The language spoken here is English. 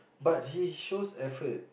but he shows effort